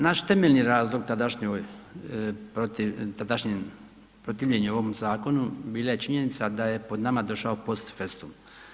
Naš temeljni razlog tadašnjem protivljenju ovom zakonu bila je činjenica da je po nama došao post festum.